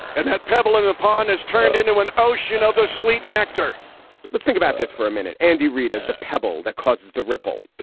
and that pebble in upon has turned into an ocean of the sweet nectar let's think about this for a minute, andy reid, as the pebble that causes the ripple,